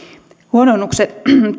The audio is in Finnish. huononnukset